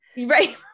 right